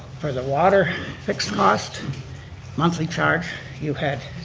for the water fixed cost monthly charge you had.